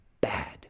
bad